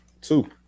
Two